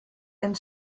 and